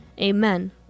Amen